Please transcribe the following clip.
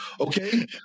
Okay